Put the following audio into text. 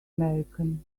american